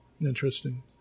Interesting